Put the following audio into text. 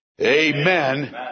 Amen